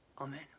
amen